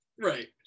Right